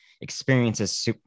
experiences